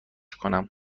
کنم